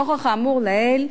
נוכח האמור לעיל,